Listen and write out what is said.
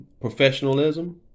professionalism